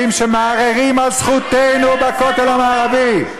שמערערים על זכותנו בכותל המערבי.